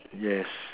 yes